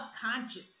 Conscious